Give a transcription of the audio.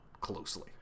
closely